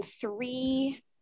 three